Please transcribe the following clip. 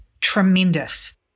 tremendous